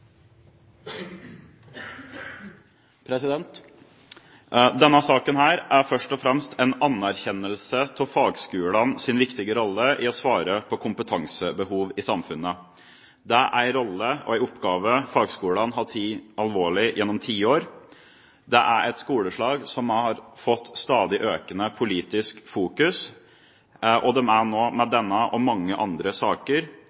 først og fremst en anerkjennelse av fagskolenes viktige rolle i å svare på kompetansebehov i samfunnet. Det er en rolle og en oppgave fagskolene har tatt alvorlig gjennom tiår. Det er et skoleslag som har fått stadig økende politisk fokus, og de er med denne og mange andre saker